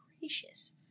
gracious